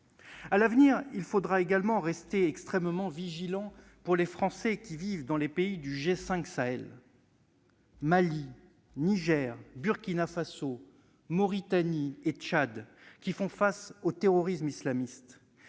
À l'avenir, il faudra également rester très vigilant pour les Français vivant dans les pays du G5 Sahel- Mali, Niger, Burkina Faso, Mauritanie et Tchad -, et qui sont confrontés au terrorisme islamiste.